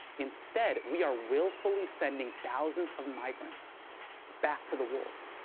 instead, we are willfully sending thousands of migrants back to the wolves.